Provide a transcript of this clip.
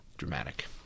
dramatic